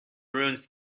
ruins